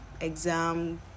exam